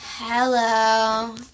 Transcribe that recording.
Hello